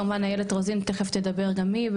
כמובן איילת רוזן תכף תדבר גם היא.